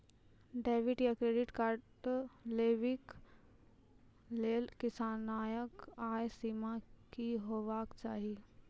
Debit या credit card लेवाक लेल किसानक आय सीमा की हेवाक चाही?